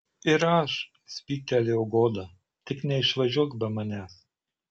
ir aš spygtelėjo goda tik neišvažiuok be manęs